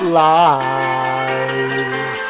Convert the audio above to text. lies